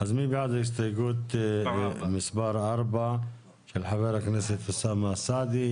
אז נצביע על הסתייגות מספר 4 של חה"כ אוסאמה סעדי.